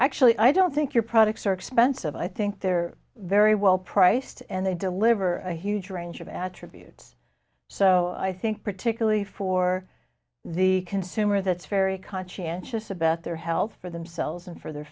actually i don't think your products are expensive i think they're very well priced and they deliver a huge range of attributes so i think particularly for the consumer that's very conscientious about their health for themselves and for their